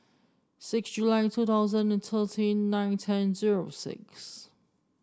six July two thousand and thirteen nine ten zero six